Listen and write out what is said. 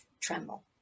tremble